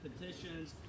petitions